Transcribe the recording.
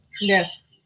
Yes